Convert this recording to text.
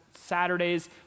Saturdays